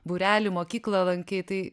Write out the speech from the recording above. būrelį mokyklą lankei tai